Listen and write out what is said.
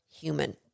human